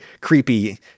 creepy